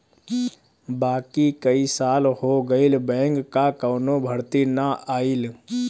बाकी कई साल हो गईल बैंक कअ कवनो भर्ती ना आईल